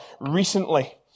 recently